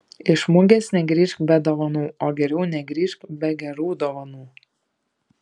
iš mugės negrįžk be dovanų o geriau negrįžk be gerų dovanų